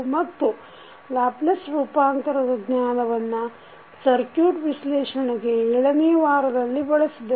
ಮತ್ತು ಲ್ಯಾಪ್ಲೇಸ್ ರೂಪಾಂತರದ ಜ್ಞಾನವನ್ನು ಸಕ್ಯು೯ಟ್ ವಿಶ್ಲೇಷಣೆಗೆ ಏಳನೆಯ ವಾರದಲ್ಲಿ ಬಳಸುದೆವು